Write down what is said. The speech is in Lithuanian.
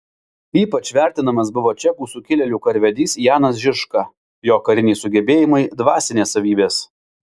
ypač vertinamas buvo čekų sukilėlių karvedys janas žižka jo kariniai sugebėjimai dvasinės savybės